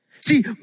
See